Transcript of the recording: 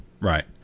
Right